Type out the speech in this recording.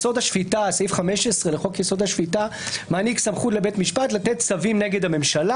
סעיף 15 לחוק-יסוד: השפיטה מעניק סמכות לבית משפט לתת צווים נגד הממשלה,